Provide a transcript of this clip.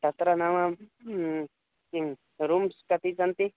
तत्र नाम किं रूम्स् कति सन्ति